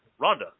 Rhonda